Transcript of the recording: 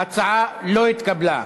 ההצעה לא התקבלה.